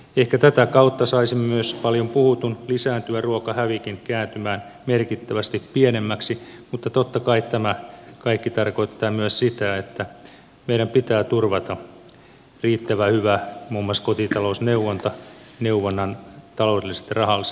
ehkä tätä kautta saisimme myös paljon puhutun lisääntyvän ruokahävikin kääntymään merkittävästi pienemmäksi mutta totta kai tämä kaikki tarkoittaa myös sitä että meidän pitää turvata riittävän hyvä muun muassa kotitalousneuvonta neuvonnan taloudelliset ja rahalliset resurssit